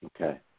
Okay